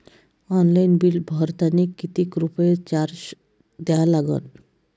Online bill भरतानी कितीक रुपये चार्ज द्या लागन?